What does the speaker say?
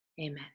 amen